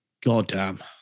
goddamn